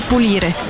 pulire